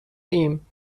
ایم